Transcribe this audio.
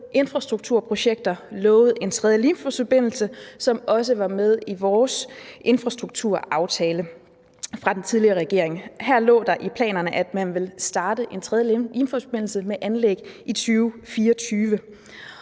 infrastrukturprojekter, lovede en tredje Limfjordsforbindelse, som også var med i vores infrastrukturaftale fra den tidligere regering, og her lå der i planerne, at man ville starte med anlæg af